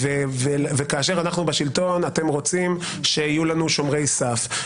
כאשר אנחנו בשלטון, אתם רוצים שיהיו לנו שומרי סף.